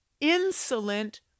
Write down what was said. insolent